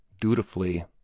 dutifully